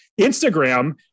Instagram